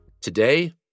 Today